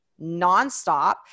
nonstop